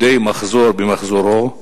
מדי מחזור במחזורו,